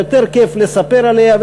ויותר כיף לספר עליה,